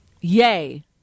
Yay